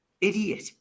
idiot